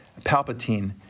Palpatine